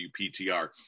WPTR